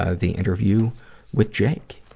ah the interview with jake.